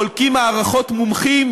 חולקים הערכות מומחים